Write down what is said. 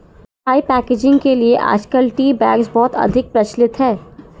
चाय पैकेजिंग के लिए आजकल टी बैग्स बहुत अधिक प्रचलित है